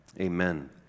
amen